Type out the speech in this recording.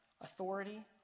authority